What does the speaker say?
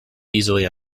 easily